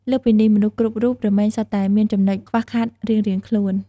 លើសពីនេះ មនុស្សគ្រប់រូបរមែងសុទ្ធតែមានចំណុចខ្វះខាតរៀងៗខ្លួន។